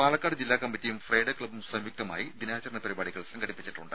പാലക്കാട് ജില്ലാ കമ്മിറ്റിയും ഫ്രൈഡേ ക്ലബ്ബും സംയുക്തമായി ദിനാചരണ പരിപാടികൾ സംഘടിപ്പിച്ചിട്ടുണ്ട്